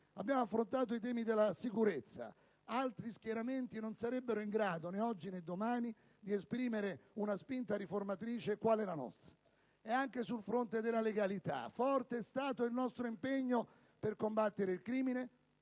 Abbiamo affrontato i temi della sicurezza. Altri schieramenti non sarebbero in grado, né oggi né domani, di esprimere una spinta riformatrice quale la nostra. Anche sul fronte della legalità forte è stato il nostro impegno per combattere il crimine,